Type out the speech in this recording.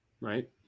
Right